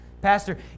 Pastor